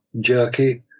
jerky